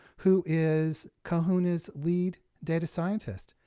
who is kahuna's lead data scientist.